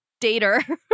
dater